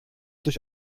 durch